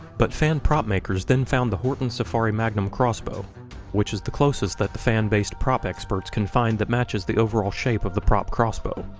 but fan prop-makers then found the horton safari magnum crossbow which is the closest that the fan based prop experts can find that matches the overall shape of the prop crossbow.